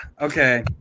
okay